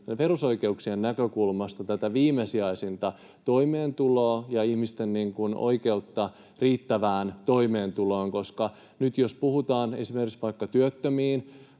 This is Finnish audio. perusoikeuksien näkökulmasta tätä viimesijaisinta toimeentuloa ja ihmisten oikeutta riittävään toimeentuloon? Koska nyt, jos puhutaan esimerkiksi vaikka työttömiin